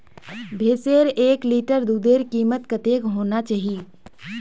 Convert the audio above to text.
भैंसेर एक लीटर दूधेर कीमत कतेक होना चही?